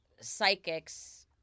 psychics